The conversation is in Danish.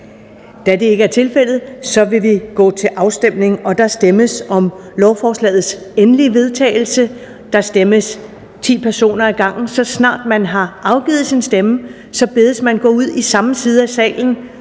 Afstemning Første næstformand (Karen Ellemann): Der stemmes om lovforslagets endelige vedtagelse. Der stemmes ti personer ad gangen. Så snart man har afgivet sin stemme, bedes man gå ud i samme side af salen,